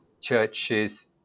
churches